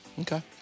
Okay